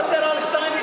אני מוותר על שטייניץ,